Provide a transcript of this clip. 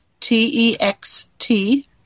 T-E-X-T